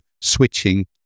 switching